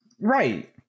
Right